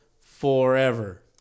forever